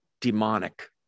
demonic